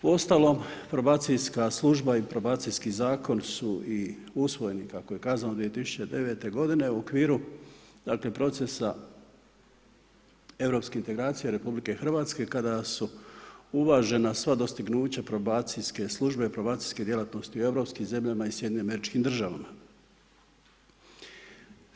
Uostalom, probacijska služba i probacijski zakon su i usvojeni kako je kazano 2009. g. u okviru procesa europskih integracija RH kada su uvažena sva dostignuća probacijske službe, probacijske djelatnosti u europskim zemljama i SAD-u.